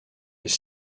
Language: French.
les